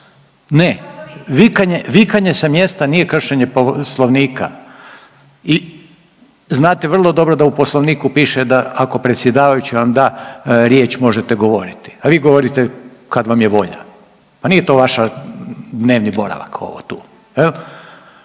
Ne, vikanje sa mjesta nije kršenje Poslovnika? I znate vrlo dobro da u Poslovniku piše da ako predsjedavajući vam da riječ možete govoriti, a vi govorite kad vam je volja. Pa nije to vaš dnevni boravak ovo tu.